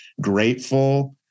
grateful